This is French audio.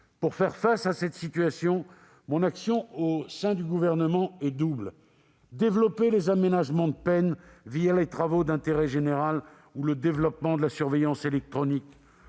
Pour faire face à cette situation, mon action au sein du Gouvernement est double : développer les aménagements de peine les travaux d'intérêt général ou le développement de la surveillance électronique,